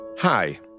Hi